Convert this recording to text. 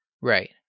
Right